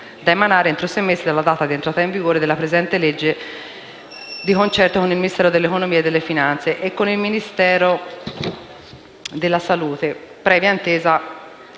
da emanare entro sei mesi dalla data di entrata in vigore della presente legge, di concerto con il Ministro dell'economia e delle finanze e con il Ministro della salute, previa intesa